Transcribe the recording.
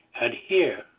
adhere